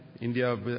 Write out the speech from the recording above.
India